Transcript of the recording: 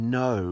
no